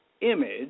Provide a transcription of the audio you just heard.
image